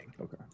Okay